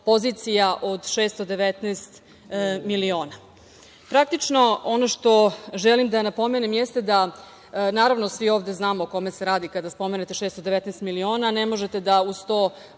pozicija od 619 miliona. Praktično, ono što želim da napomenem jeste, da, naravno, svi ovde znamo o kome se radi kada spomenete 619 miliona, ne možete da uz to